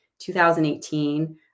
2018